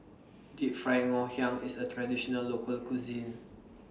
Deep Fried Ngoh Hiang IS A Traditional Local Cuisine